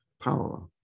power